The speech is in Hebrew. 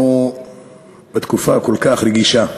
אנחנו בתקופה כל כך רגישה,